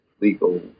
legal